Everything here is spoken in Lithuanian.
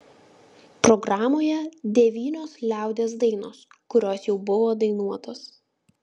programoje devynios liaudies dainos kurios jau buvo dainuotos